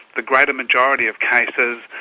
the greater majority of cases,